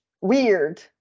weird